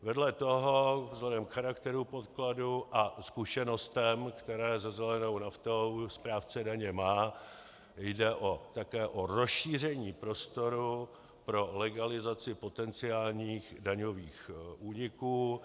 Vedle toho vzhledem k charakteru podkladu a zkušenostem, které se zelenou naftou správce daně má, jde také o rozšíření prostoru pro legalizaci potenciálních daňových úniků.